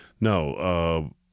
No